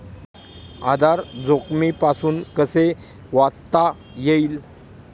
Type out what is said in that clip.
आधार जोखमीपासून कसे वाचता येईल?